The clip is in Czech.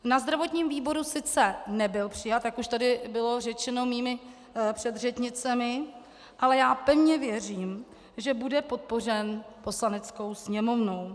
Na zdravotním výboru sice nebyl přijat, jak už tady bylo řečeno mými předřečnicemi, ale pevně věřím, že bude podpořen Poslaneckou sněmovnou.